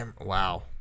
Wow